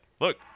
look